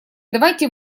давайте